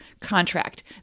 contract